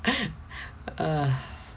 uh